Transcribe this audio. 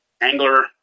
angler